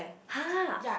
!huh!